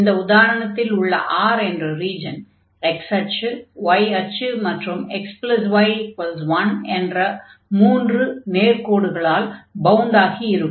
இந்த உதாரணத்தில் உள்ள R என்ற ரீஜன் x அச்சு y அச்சு மற்றும் xy1 என்ற மூன்று நேர்க்கோடுகளால் பவுண்ட் ஆகி இருக்கும்